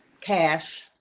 cash